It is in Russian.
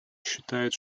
считает